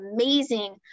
amazing